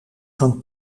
van